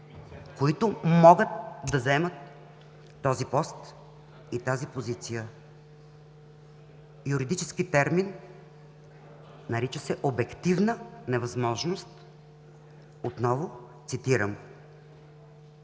които могат да заемат този пост и тази позиция. Юридически термин – нарича се „обективна невъзможност“. Отново цитирам.